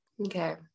Okay